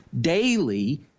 daily